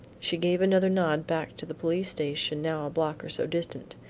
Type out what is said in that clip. she gave another nod back to the police station now a block or so distant.